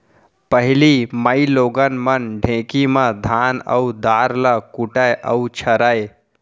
पहिली माइलोगन मन ढेंकी म धान अउ दार ल कूटय अउ छरयँ